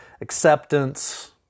Acceptance